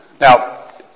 Now